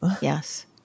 Yes